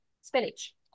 spinach